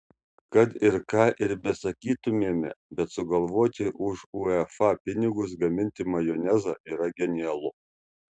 kad ir ką ir besakytumėme bet sugalvoti už uefa pinigus gaminti majonezą yra genialu